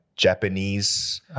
Japanese